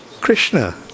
Krishna